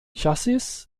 chassis